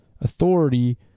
authority